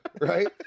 right